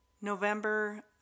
November